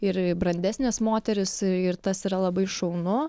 ir brandesnės moterys ir tas yra labai šaunu